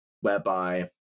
whereby